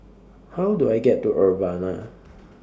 How Do I get to Urbana